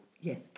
Yes